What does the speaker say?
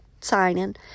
signing